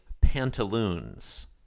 Pantaloons